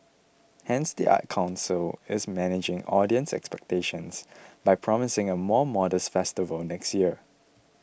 hence the arts council is managing audience expectations by promising a more modest festival next year